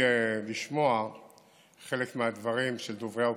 לשמוע חלק מהדברים של דוברי האופוזיציה.